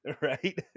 Right